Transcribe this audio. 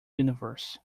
universe